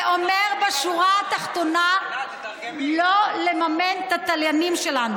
זה אומר בשורה התחתונה לא לממן את התליינים שלנו.